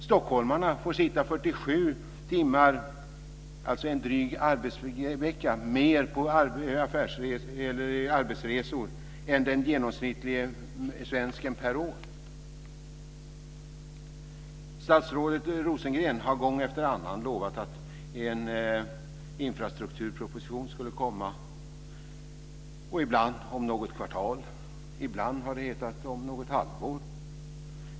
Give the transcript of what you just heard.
Stockholmarna får sitta 47 timmar, alltså en dryg arbetsvecka, mer på arbetsresor än den genomsnittlige svensken får göra per år. Statsrådet Rosengren har gång efter annan lovat att en infrastrukturproposition ska komma, ibland om något kvartal; ibland har det hetat om något halvår.